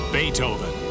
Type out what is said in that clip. Beethoven